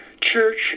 church